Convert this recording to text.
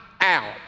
out